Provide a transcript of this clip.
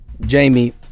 jamie